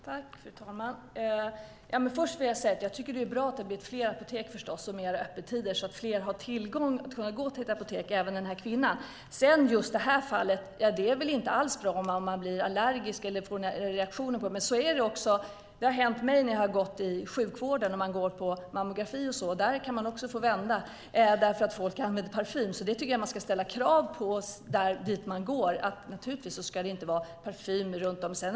Fru talman! Först vill jag säga att jag tycker att det är bra att det har blivit fler apotek och längre öppettider så att fler har tillgång till apotek, även denna kvinna. När det sedan gäller just detta fall är det inte alls bra om man får en allergisk reaktion på apoteket. Men så kan det vara i sjukvården också - det har hänt mig när jag har gått på mammografi. Man kan få vända därför att folk använder parfym. Jag tycker att man ska ställa krav på att det inte är parfym runt om dit man går.